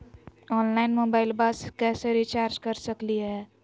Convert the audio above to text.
Online मोबाइलबा कैसे recharge कर सकलिए है?